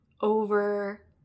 over